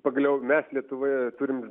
pagaliau mes lietuvoje turim